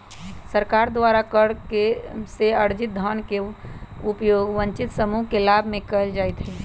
सरकार द्वारा कर से अरजित धन के उपयोग वंचित समूह के लाभ में कयल जाईत् हइ